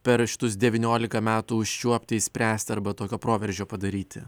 per šitus devyniolika metų užčiuopti išspręsti arba tokio proveržio padaryti